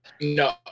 no